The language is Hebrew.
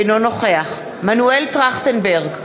אינו נוכח מנואל טרכטנברג,